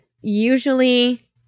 usually